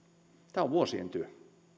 tämä on vuosien työ